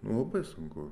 nu labai sunku